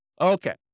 Okay